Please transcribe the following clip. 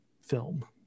film